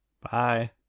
Bye